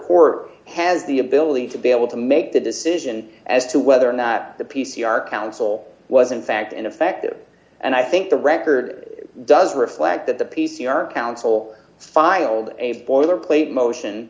court has the ability to be able to make the decision as to whether in that the p c r council was in fact ineffective and i think the record does reflect that the p c r council filed a boiler plate motion